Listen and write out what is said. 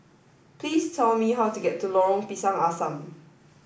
please tell me how to get to Long Pisang Assam